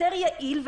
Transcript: יותר יעיל,